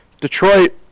Detroit